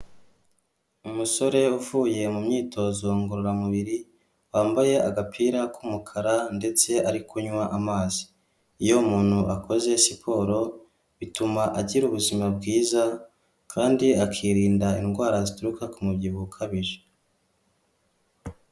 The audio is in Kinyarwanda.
Umusore uvuye mu myitozo ngororamubiri wambaye agapira k'umukara ndetse ari kunywa amazi iyo umuntu akoze siporo bituma agira ubuzima bwiza kandi akirinda indwara zituruka ku mubyibuho ukabije.